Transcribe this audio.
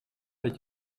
dat